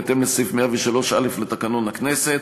בהתאם לסעיף 103(א) לתקנון הכנסת: